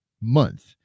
month